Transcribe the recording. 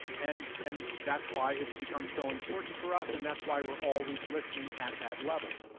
and and that's why it's become so important for us, and that's why we're always listening at that level.